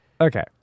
okay